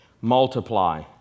Multiply